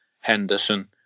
Henderson